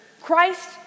Christ